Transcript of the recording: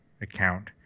account